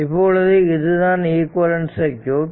இப்பொழுது இதுதான் equivalent circuit